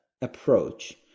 approach